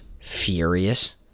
furious